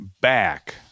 back